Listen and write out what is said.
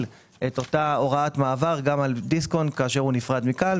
את אותה הוראת מעבר גם על דיסקונט כאשר הוא נפרד מ-כאל.